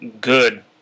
good